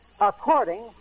according